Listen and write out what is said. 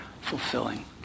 fulfilling